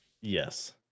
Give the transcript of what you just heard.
Yes